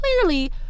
clearly